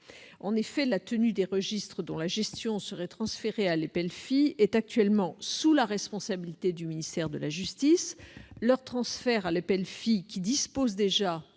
En effet, la tenue des registres dont la gestion lui serait transférée est actuellement sous la responsabilité du ministère de la justice. Leur transfert à l'EPELFI, qui dispose déjà